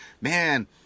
man